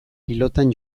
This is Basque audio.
pilotan